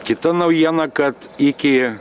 kita naujiena kad iki